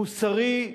מוסרי,